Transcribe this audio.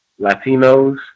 Latinos